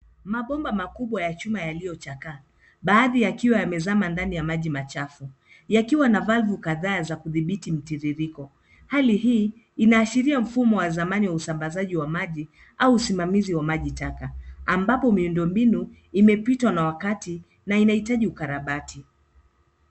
Mabomba makubwa ya chuma yaliyochakaa ,baadhi yakiwa yamezama ndani ya maji machafu. yakiwa na valvu kadhaa za kudhibiti mtiririko. Hali hii inaashiria mfumo wa zamani wa usambazaji wa maji au usimamizi wa maji taka. Ambapo miundo mbinu imepitwa na wakati na inahitaji ukarabati.